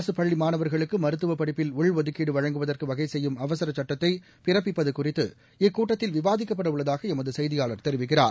அரசுபள்ளிமாணவர்களுக்குமருத்துவபடிப்பில் உள்ஒதுக்கீடுவழங்குவதற்குவகைசெய்யும் அவசரசட்டத்தைபிறப்பிப்பதுகுறித்து இக்கூட்டத்தில் விவாதிக்கப்படஉள்ளதாகஎமதுசெய்தியாளர் தெரிவிக்கிறார்